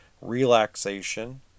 relaxation